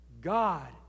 God